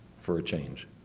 for a change,